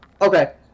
Okay